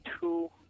two